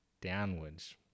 downwards